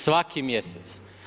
Svaki mjesec.